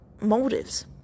motives